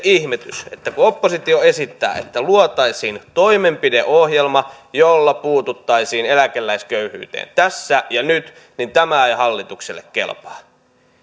ihmetys että kun oppositio esittää että luotaisiin toimenpideohjelma jolla puututtaisiin eläkeläisköyhyyteen tässä ja nyt niin tämä ei hallitukselle kelpaa